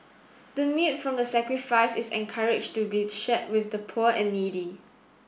the meat from the sacrifice is encouraged to be shared with the poor and needy